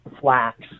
flax